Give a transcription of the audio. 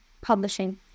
Publishing